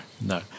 no